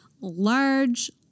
large